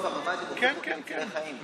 בסוף, הממ"דים, הוכח שהם מצילי חיים.